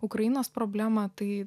ukrainos problemą tai